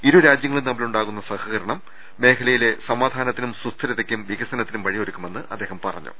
ഇരുരാജൃങ്ങളും തമ്മിലുണ്ടാകുന്ന സഹകരണം മേഖലയിലെ സമാധാനത്തിനും സുസ്ഥിരതക്കും വികസനത്തിനും വഴിയൊരുക്കുമെന്ന് അദ്ദേഹം പറ ഞ്ഞു